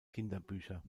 kinderbücher